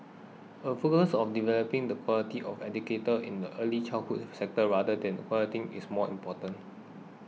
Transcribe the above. a focus on developing the quality of educator in the early childhood sector rather than quantity is more important